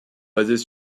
basées